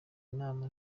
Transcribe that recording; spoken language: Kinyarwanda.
inama